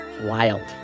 wild